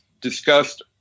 discussed